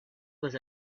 was